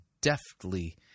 deftly